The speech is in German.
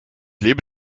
lebe